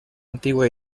antigua